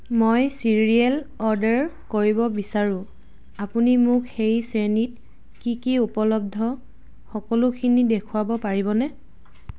মই cereal order কৰিব বিচাৰোঁ আপুনি মোক সেই শ্ৰেণীত কি কি উপলব্ধ সকলোখিনি দেখুৱাব পাৰিবনে